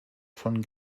von